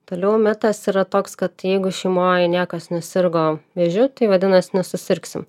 toliau mitas yra toks kad jeigu šeimoj niekas nesirgo vėžiu tai vadinasi nesusirgsim